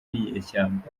ninyeshyamba